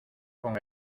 con